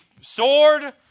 sword